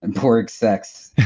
and borg sex,